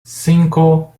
cinco